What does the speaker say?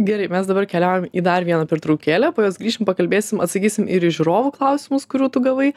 gerai mes dabar keliaujam į dar vieną pertraukėlę po jos grįšim pakalbėsim atsakysim ir į žiūrovų klausimus kurių tu gavai